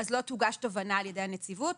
לא תוגש תובענה על ידי הנציבות.